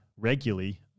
regularly